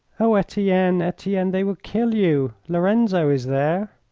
oh, etienne, etienne, they will kill you. lorenzo is there.